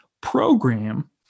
program